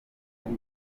ari